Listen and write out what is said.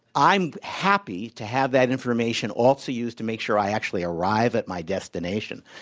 i'm happy to have that information also used to make sure i actually arrive at my destination.